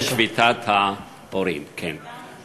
שביתת ההורים, כן.